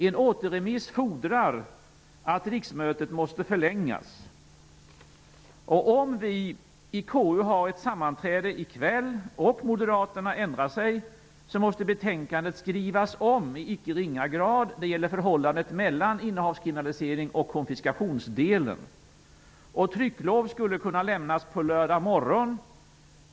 En återremiss fordrar att riksmötet förlängs. Om vi i KU sammanträder i kväll och moderaterna ändrar sig, måste betänkandet skrivas om i icke ringa grad vad gäller förhållandet mellan innehavskriminaliseringen och konfiskationsdelen. Trycklov skulle kunna lämnas på lördag morgon.